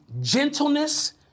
gentleness